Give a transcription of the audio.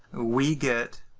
ah we get